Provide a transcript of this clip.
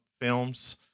films